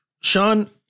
Sean